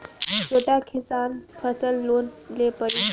छोटा किसान फसल लोन ले पारी?